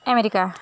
America